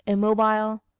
immobile,